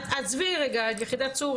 עזבי רגע את יחידת צור,